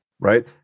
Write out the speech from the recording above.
Right